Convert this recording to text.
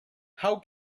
how